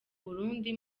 burundi